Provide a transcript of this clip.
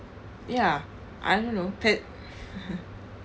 ya I don't know